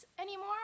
anymore